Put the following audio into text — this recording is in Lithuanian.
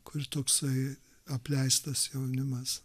kur toksai apleistas jaunimas